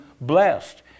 blessed